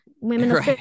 women